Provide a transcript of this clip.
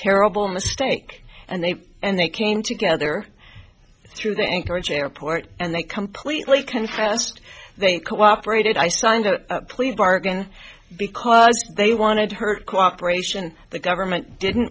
terrible mistake and they and they came together through the anchorage airport and they completely confessed they cooperated i signed a plea bargain because they wanted her cooperation the government didn't